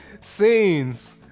scenes